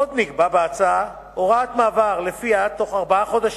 עוד נקבעה בהצעה הוראת מעבר שלפיה בתוך ארבעה חודשים,